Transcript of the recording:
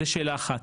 זו שאלה אחת.